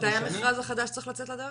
מתי המכרז החדש צריך לצאת לדרך?